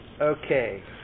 Okay